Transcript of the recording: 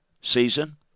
season